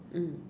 mm